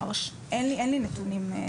אין לי נתונים.